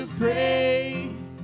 praise